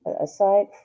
aside